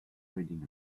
reading